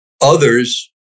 others